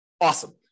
Awesome